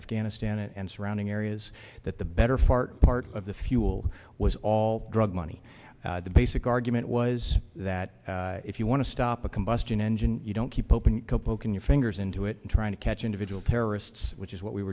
afghanistan and surrounding areas that the better fart part of the fuel was all drug money the basic argument was that if you want to stop a combustion engine you don't keep open cowpoke in your fingers into it trying to catch individual terrorists which is what we